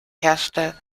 herrschte